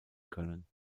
können